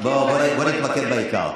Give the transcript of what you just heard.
בוא נתמקד בעיקר.